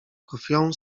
krwią